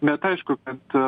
bet aišku kad